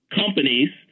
companies